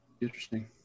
Interesting